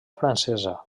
francesa